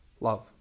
love